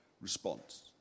response